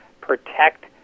protect